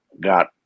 got